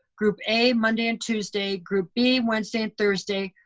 group a monday and tuesday, group b wednesday and thursday,